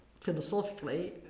philosophically